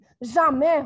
Jamais